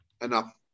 enough